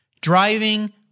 driving